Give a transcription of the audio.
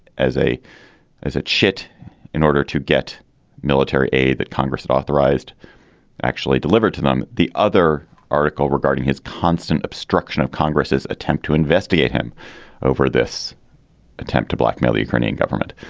as a as a chit in order to get military aid that congress authorized actually delivered to them. the other article regarding his constant obstruction of congress's attempt to investigate him over this attempt to blackmail the ukrainian government.